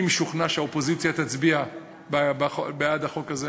אני משוכנע שהאופוזיציה תצביע בעד החוק הזה.